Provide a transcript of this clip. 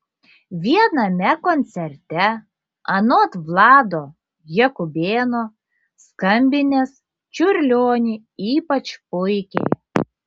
viename koncerte anot vlado jakubėno skambinęs čiurlionį ypač puikiai